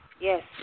Yes